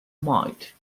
might